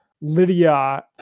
Lydia